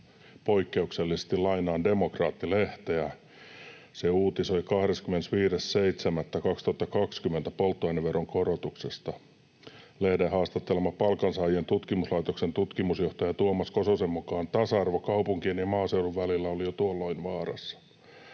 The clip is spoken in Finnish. Poikkeuksellisesti lainaan Demokraatti-lehteä. Se uutisoi 25.7.2020 polttoaineveron korotuksesta. Lehden haastatteleman Palkansaajien tutkimuslaitoksen tutkimusjohtaja Tuomas Kososen mukaan tasa-arvo kaupunkien ja maaseudun välillä oli jo tuolloin vaarassa.